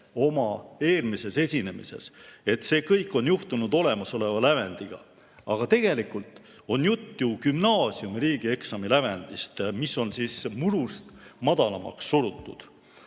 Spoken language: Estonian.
oma eelmises esinemises, et see kõik on juhtunud olemasoleva lävendi ajal. Aga tegelikult on jutt ju gümnaasiumi riigieksami lävendist, mis on murust madalamaks surutud.